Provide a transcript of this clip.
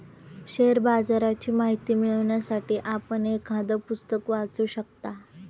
share बाजाराची माहिती मिळवण्यासाठी आपण एखादं पुस्तक वाचू शकता